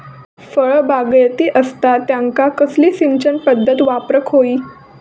फळबागायती असता त्यांका कसली सिंचन पदधत वापराक होई?